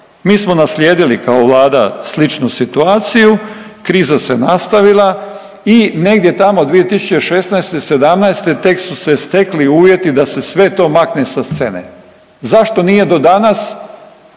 Mi smo naslijedili kao Vlada sličnu situaciju, kriza se nastavila i negdje tamo 2016., '17. tek su se stekli uvjeti da se sve to makne sa scene. Zašto nije do danas?